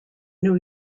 new